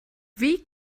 wie